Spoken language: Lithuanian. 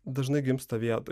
dažnai gimsta vietoj